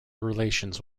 relations